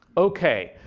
ok.